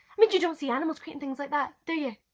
i mean you don't see animals creating things like that, do you?